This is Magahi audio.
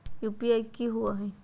यू.पी.आई कि होअ हई?